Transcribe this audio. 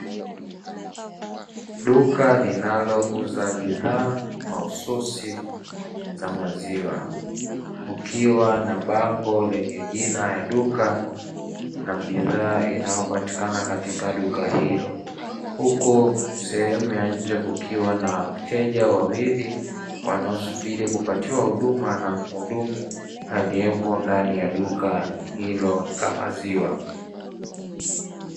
Duka linalouza bidhaa mahususi za maziwa, kukiwa na bango lenye jina la duka na bidhaa inayopatikana katika duka hilo; huku sehemu ya nje kukiwa na wateja wawili wanaosubiri kupatiwa huduma na mhudumu aliyeko ndani ya duka hilo la maziwa.